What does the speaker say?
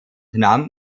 nahm